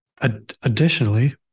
Additionally